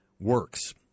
works